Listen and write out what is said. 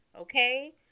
Okay